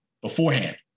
beforehand